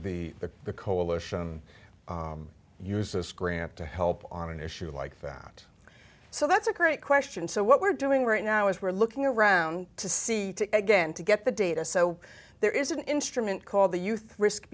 be that the coalition uses grant to help on an issue like that so that's a great question so what we're doing right now is we're looking around to see again to get the data so there is an instrument called the youth risk